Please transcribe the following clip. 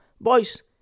Boys